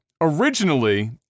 originally